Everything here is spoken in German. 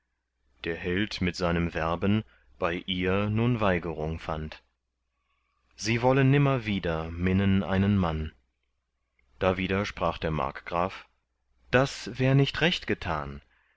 der held mit seinem werben bei ihr nun weigerung fand sie wolle nimmer wieder minnen einen mann dawider sprach der markgraf das wär nicht recht getan